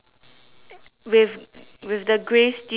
with with the grey steels right